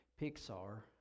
Pixar